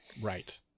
Right